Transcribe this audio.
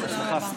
נא לשבת.